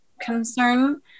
concern